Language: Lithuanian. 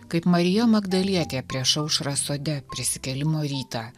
kaip marija magdalietė prieš aušrą sode prisikėlimo rytą